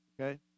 Okay